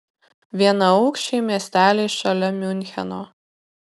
vienaaukščiai miesteliai šalia miuncheno